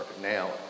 now